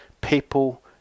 people